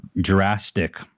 drastic